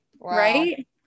Right